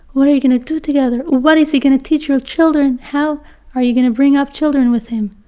what are you gonna do together? what is he gonna teach your children? how are you gonna bring up children with him?